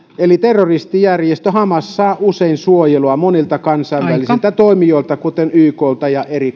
eli terroristijärjestö hamas saa usein suojelua monilta kansainvälisiltä toimijoilta kuten yklta ja eri